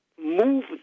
move